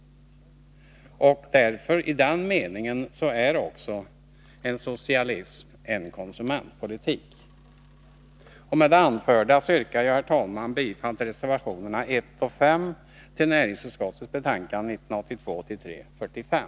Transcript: I den meningen är också socialism konsumentpolitik. Med det anförda yrkar jag, herr talman, bifall till reservationerna 1 och 5 i näringsutskottets betänkande 1982/83:45.